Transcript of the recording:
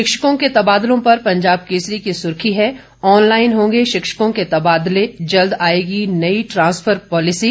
शिक्षकों के तबादलों पर पंजाब केसरी की सुर्खी है ऑनलाइन होंगे शिक्षकों के तबादले जल्द आएगी नई ट्रांसफर पॉलिसी